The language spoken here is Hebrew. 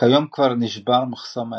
כיום כבר נשבר מחסום ה-11.